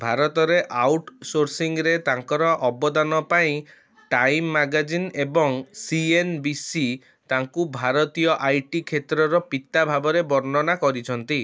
ଭାରତରେ ଆଉଟସୋର୍ସିଂରେ ତାଙ୍କର ଅବଦାନ ପାଇଁ ଟାଇମ୍ ମାଗାଜିନ୍ ଏବଂ ସି ଏନ୍ ବି ସି ତାଙ୍କୁ ଭାରତୀୟ ଆଇଟି କ୍ଷେତ୍ରର ପିତା ଭାବରେ ବର୍ଣ୍ଣନା କରିଛନ୍ତି